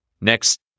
Next